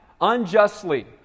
unjustly